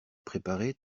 préparé